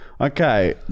Okay